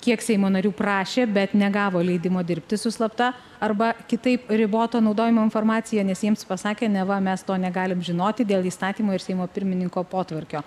kiek seimo narių prašė bet negavo leidimo dirbti su slapta arba kitaip riboto naudojimo informacija nes jiems pasakė neva mes to negalim žinoti dėl įstatymo ir seimo pirmininko potvarkio